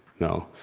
no.